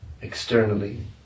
externally